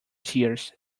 tears